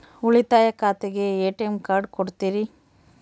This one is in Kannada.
ಉಳಿತಾಯ ಖಾತೆಗೆ ಎ.ಟಿ.ಎಂ ಕಾರ್ಡ್ ಕೊಡ್ತೇರಿ?